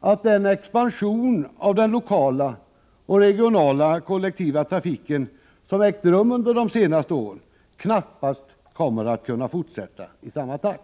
att den expansion av den lokala och regionala kollektivtrafiken som har ägt rum under de senaste åren knappast kommer att kunna fortsätta i samma takt.